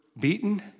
beaten